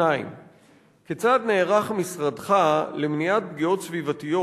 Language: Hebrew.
2. כיצד נערך משרדך למניעת פגיעות סביבתיות